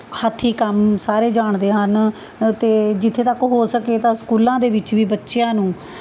ਹੱਥੀ ਕੰਮ ਸਾਰੇ ਜਾਣਦੇ ਹਨ ਅਤੇ ਜਿੱਥੇ ਤੱਕ ਹੋ ਸਕੇ ਤਾਂ ਸਕੂਲਾਂ ਦੇ ਵਿੱਚ ਵੀ ਬੱਚਿਆਂ ਨੂੰ